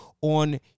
on